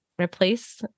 replace